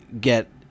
get